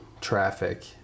traffic